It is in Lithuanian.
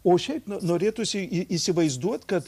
o šiaip norėtųsi įsivaizduot kad